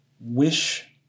wish